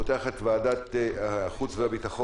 אני פותח את ישיבת ועדת החוץ והביטחון,